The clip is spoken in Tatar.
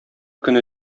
көне